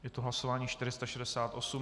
Je to hlasování 468.